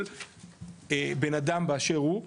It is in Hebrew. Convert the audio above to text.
כל בנאדם באשר הוא,